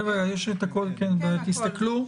חבר'ה, יש את הכול, תסתכלו.